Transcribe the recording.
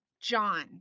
John